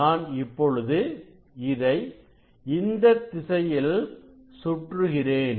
நான் இப்பொழுது இதை இந்தத் திசையில் சுற்றுகிறேன்